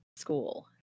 school